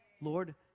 Lord